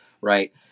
right